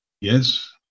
Yes